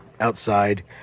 outside